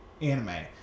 anime